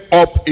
up